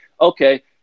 okay